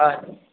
হয়